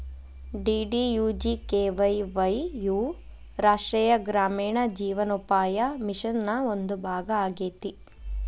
DDUGKY ವಾಯ್ ಯು ರಾಷ್ಟ್ರೇಯ ಗ್ರಾಮೇಣ ಜೇವನೋಪಾಯ ಮಿಷನ್ ನ ಒಂದು ಭಾಗ ಆಗೇತಿ